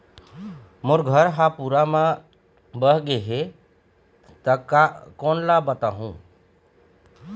मोर घर हा पूरा मा बह बह गे हे हे ता कोन ला बताहुं?